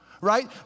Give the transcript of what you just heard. right